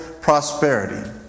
prosperity